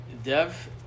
Dev